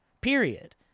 period